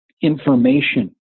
information